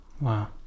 Wow